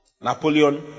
Napoleon